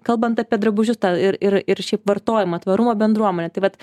kalbant apie drabužius tą ir ir ir šiaip vartojimą tvarumo bendruomenė tai vat